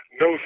No